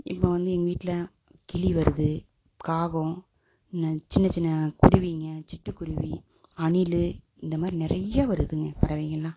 இப்போது வந்து எங்கள் வீட்டில் கிளி வருது காகம் என்ன சின்ன சின்ன குருவிங்க சிட்டு குருவி அணில் இந்த மாதிரி நிறைய வருதுங்க பறவைகள்லாம்